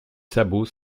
sabots